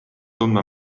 tundma